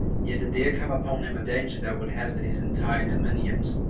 yet did there come upon him a danger that would hazard his entire dominions,